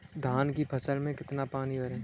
धान की फसल में कितना पानी भरें?